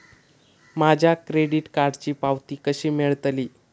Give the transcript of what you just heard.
माझ्या क्रेडीट कार्डची पावती कशी मिळतली?